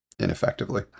ineffectively